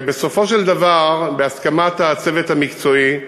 בסופו של דבר, בהסכמת הצוות המקצועי,